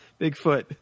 Bigfoot